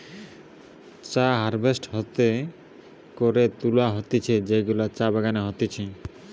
চা হারভেস্ট হাতে করে তুলা হতিছে যেগুলা চা বাগানে হতিছে